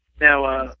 Now